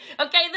Okay